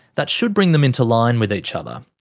that should bring them into line with each other.